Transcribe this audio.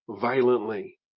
violently